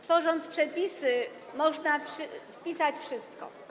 Tworząc przepisy, można wpisać wszystko.